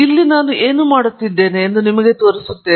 ಮತ್ತು ನಾನು ಇಲ್ಲಿ ಏನು ಮಾಡುತ್ತಿದ್ದೇನೆ ಎಂದು ನನಗೆ ತೋರಿಸುತ್ತೇನೆ